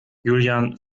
julian